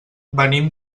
venim